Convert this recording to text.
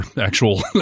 actual